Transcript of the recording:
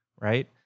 right